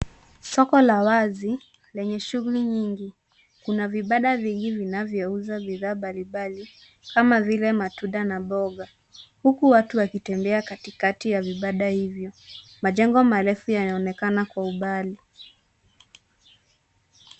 Soko la wazi lenye shughuli nyingi kuna vibanda vingi vinavyouza bidhaa mbalimbali kama vile matunda na mboga huku watu wakitembea katikati ya vibanda hivyo majengo marefu yanaonekana kwa umbali.